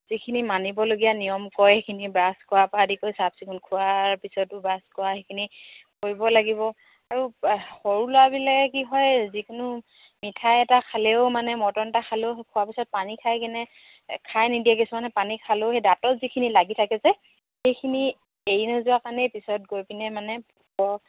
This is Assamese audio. যিখিনি মানিবলগীয়া নিয়ম কয় সেইখিনি ব্ৰাছ কৰাৰপৰা আদি কৰি চাফ চিকুণ খোৱাৰ পিছতো ব্ৰাছ কৰা সেইখিনি কৰিব লাগিব আৰু সৰু ল'ৰাবিলাকে কি হয় যিকোনো মিঠাই এটা খালেও মানে মৰ্টন এটা খালেও খোৱাৰ পিছত পানী খাই কিনে খাই নিদিয়ে কিছুমানে পানী খালেও সেই দাঁতত যিখিনি লাগি থাকে যে সেইখিনি এৰি নোযোৱাৰ কাৰণেই পিছত গৈ পিনে মানে